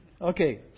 Okay